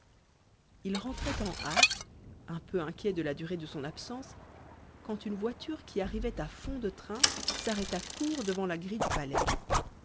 il rentrait en hâte un peu inquiet de la durée de son absence quand une voiture qui arrivait à fond de train s'arrêta court devant la grille du palais